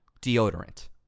deodorant